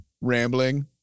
rambling